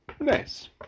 Nice